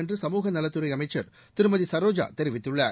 என்று சமூக நலத்துறை அமைச்சர் திருமதி சரோஜா தெரிவித்துள்ளார்